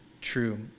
true